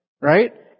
Right